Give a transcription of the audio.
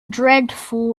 dreadful